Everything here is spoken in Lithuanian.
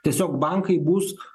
tiesiog bankai bus